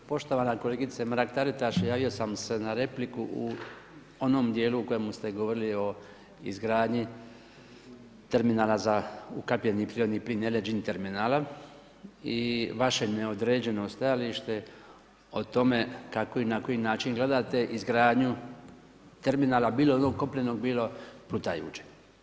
Poštovana kolegice Mrak Taritaš, javio sam se na repliku u onom dijelu u kojemu ste govorili o izgradnji terminala za … prirodni plin … terminala i vaše neodređeno stajalište o tome kako i na koji način gledate izgradnju terminala, bilo onog kopnenog bilo plutajućeg.